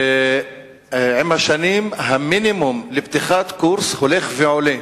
עם השנים המינימום לפתיחת קורס הולך ועולה.